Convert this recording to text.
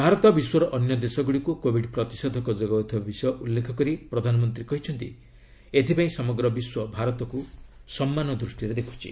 ଭାରତ ବିଶ୍ୱର ଅନ୍ୟ ଦେଶଗୁଡ଼ିକୁ କୋବିଡ ପ୍ରତିଷେଧକ ଯୋଗାଉଥିବା ବିଷୟ ଉଲ୍ଲେଖ କରି ପ୍ରଧାନମନ୍ତ୍ରୀ କହିଛନ୍ତି ଏଥିପାଇଁ ସମଗ୍ର ବିଶ୍ୱ ଭାରତକୁ ସମ୍ମାନ ଦୃଷ୍ଟିରେ ଦେଖୁଛି